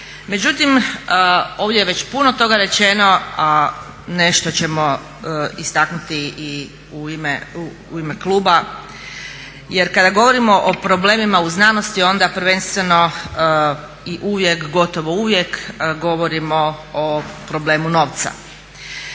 Međutim, ovdje je već puno toga rečeno a nešto ćemo istaknuti i u ime kluba jer kada govorimo o problemima u znanosti onda prvenstveno i uvijek, gotovo uvijek govorimo o problemu novca.